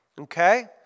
okay